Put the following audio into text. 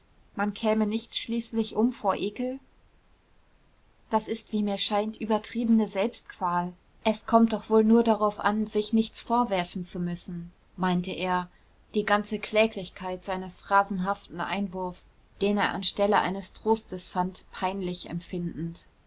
man käme nicht schließlich um vor ekel das ist wie mir scheint übertriebene selbstqual es kommt doch wohl nur darauf an sich nichts vorwerfen zu müssen meinte er die ganze kläglichkeit seines phrasenhaften einwurfs den er an stelle eines trostes fand peinlich empfindend